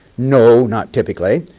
no, not typically.